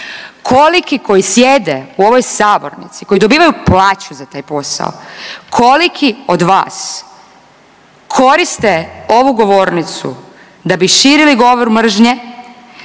Koliki koji sjede u ovoj sabornici, koji dobivaju plaću za taj posao, koliki od vas koriste ovu govornicu da bi širili govor mržnje,